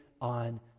on